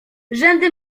rzędy